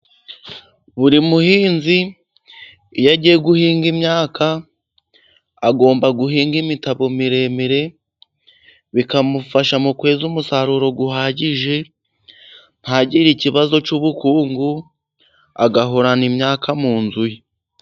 Buri muhinzi iyo agiye guhinga imyaka, agomba guhinga imitabo miremire, bikamufasha mu kweza umusaruro uhagije, ntagire ikibazo cy'ubukungu, agahorana imyaka mu nzu ye.